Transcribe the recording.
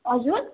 हजुर